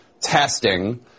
testing